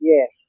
Yes